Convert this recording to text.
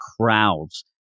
crowds